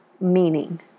meaning